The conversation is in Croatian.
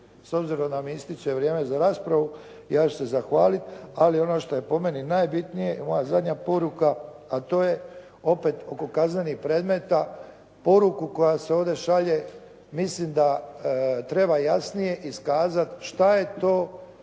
S obzirom da mi ističe vrijeme za raspravu, ja ću se zahvalit, ali ono što je po meni najbitnije i moja zadnja poruka, a to je opet oko kaznenih predmeta, poruku koja se ovdje šalje mislim da treba jasnije iskazat što je to